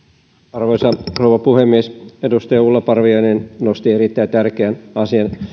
arvoisa rouva puhemies edustaja ulla parviainen nosti erittäin tärkeän asian